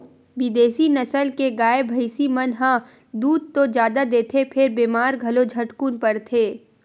बिदेसी नसल के गाय, भइसी मन ह दूद तो जादा देथे फेर बेमार घलो झटकुन परथे